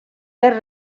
per